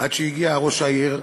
עד שהגיע ראש העיר,